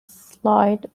slide